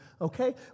okay